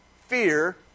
fear